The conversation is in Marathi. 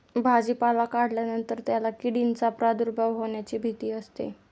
भाजीपाला काढल्यानंतर त्याला किडींचा प्रादुर्भाव होण्याची भीती असते